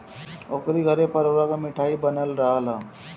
ओकरी घरे परोरा के मिठाई बनल रहल हअ